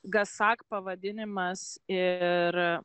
gasak pavadinimas ir